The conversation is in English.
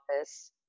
office